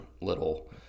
little